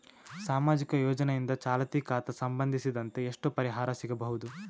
ಸಾಮಾಜಿಕ ಯೋಜನೆಯಿಂದ ಚಾಲತಿ ಖಾತಾ ಸಂಬಂಧಿಸಿದಂತೆ ಎಷ್ಟು ಪರಿಹಾರ ಸಿಗಬಹುದು?